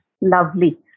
Lovely